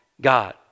God